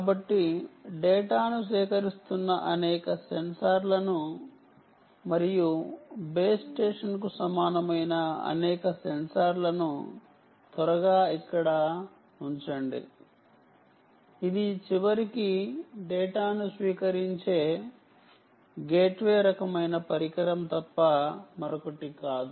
కాబట్టి డేటాను సేకరిస్తున్న అనేక సెన్సార్లను మరియు బేస్ స్టేషన్కు సమానమైన అనేక సెన్సార్లను త్వరగా ఇక్కడ ఉంచుదాం ఇది చివరికి డేటాను స్వీకరించే గేట్వే రకమైన పరికరం తప్ప మరొకటి కాదు